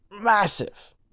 massive